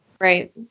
Right